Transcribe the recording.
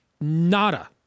nada